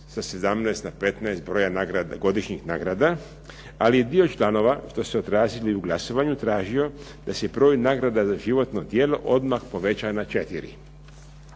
sa 17 na 15 broja godišnjih nagrada. Ali dio članova, što se odrazilo u glasovanju, je tražio da se broj nagrada za životno djelo odmah poveća na 4.